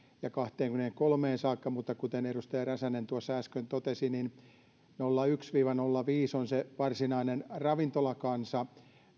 ja kahteenkymmeneenkolmeen saakka mutta kuten edustaja räsänen tuossa äsken totesi niin nolla yksi viiva nolla viisi on se varsinainen ravintolakansa